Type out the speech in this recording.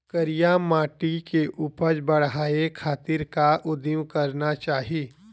करिया माटी के उपज बढ़ाये खातिर का उदिम करना चाही?